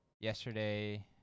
Yesterday